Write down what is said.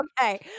Okay